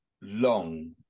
long